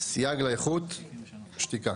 סייג לאיכות, שתיקה.